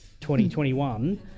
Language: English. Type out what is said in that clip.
2021